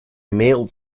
male